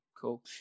cool